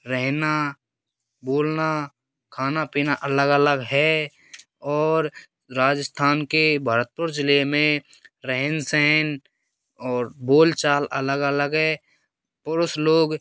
रहना बोलना खाना पीना अलग अलग है और राजस्थान के भरतपुर ज़िले में रहन सहन और बोल चाल अलग अलग है पुरुष लोग